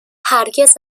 هرگز